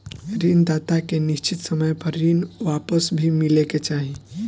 ऋण दाता के निश्चित समय पर ऋण वापस भी मिले के चाही